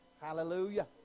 Hallelujah